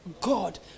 God